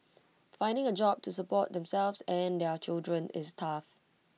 finding A job to support themselves and their children is tough